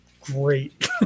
great